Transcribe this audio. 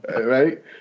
right